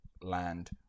land